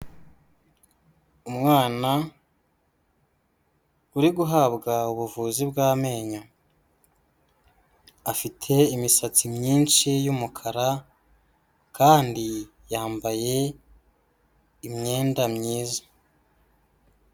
Umwana uri guhabwa ubuvuzi bw'amenyo, afite imisatsi myinshi y'umukara kandi yambaye imyenda myiza.